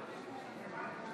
סמוטריץ'